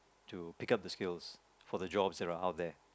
to pick up the skills for the jobs that are out there